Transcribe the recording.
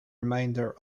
remainder